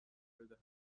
بدهد